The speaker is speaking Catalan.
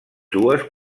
dues